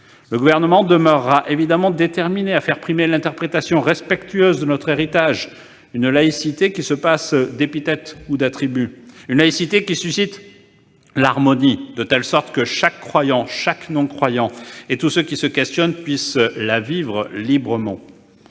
Le Gouvernement demeurera évidemment déterminé à faire primer une interprétation respectueuse de notre héritage, d'une laïcité qui se passe d'épithète ou d'attribut, d'une laïcité qui suscite l'harmonie, de sorte que chaque croyant, chaque non-croyant et tous ceux qui se questionnent puissent la vivre librement.